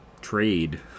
trade